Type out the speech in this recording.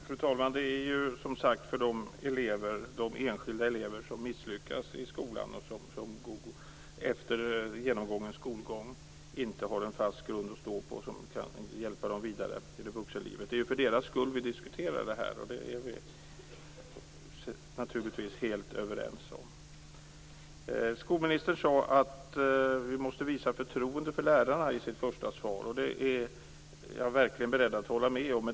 Fru talman! Det är, som sagt var, de enskilda elever som misslyckas i skolan efter avslutad skolgång, som inte har en fast grund att stå på, som vi skall hjälpa vidare in i vuxenlivet. Det är för deras skull som vi diskuterar det här. Det är vi naturligtvis helt överens om. Skolministern sade i sitt svar att vi måste visa förtroende för lärarna, och jag är verkligen beredd att hålla med om det.